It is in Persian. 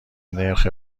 نرخ